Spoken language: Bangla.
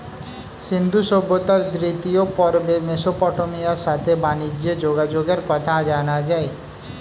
সিন্ধু সভ্যতার দ্বিতীয় পর্বে মেসোপটেমিয়ার সাথে বানিজ্যে যোগাযোগের কথা জানা যায়